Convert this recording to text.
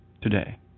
today